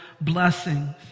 blessings